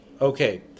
Okay